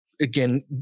again